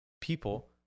people